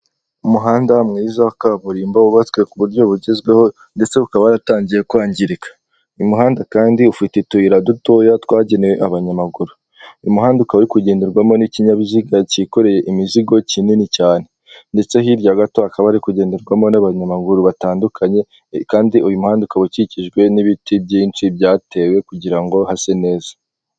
Umuhanda mwiza wa kaburimbo wubatswe kuburyo bugezweho uyu muhanda kandi ukaba waratangiye kwangirika. Uyumuhanda kandi ufite utuyira duko twagenewe kugenderwa mo n'abahyamaguru. uyu muhanda ukaba urikugenderwamo n'ikinyabiziga kikoreye imizigo iremereye cyane. ndetse hirya gato ukaba urikugenderwamo n'abanyamaguru kandi kumpande ukikijwe n'ibiti bituma ugaragara neza.